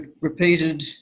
repeated